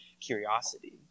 curiosity